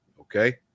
okay